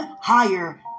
higher